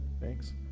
thanks